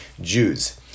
Jews